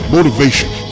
Motivation